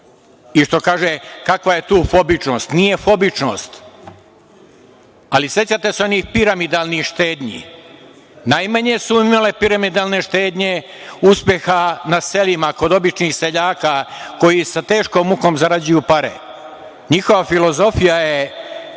I što kažu, kakva je tu fobičnost, nije fobičnost, ali sećate se onih piramidalnih štednji. Najmanje su imale piramidalne štednje uspeha na selima kod običnih seljaka koji sa teškom mukom zarađuju pare. Njihova filozofija je